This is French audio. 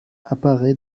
apparaît